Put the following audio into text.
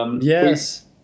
Yes